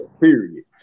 period